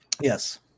Yes